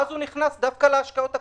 ואז הוא נכנס להשקעות הקטנות.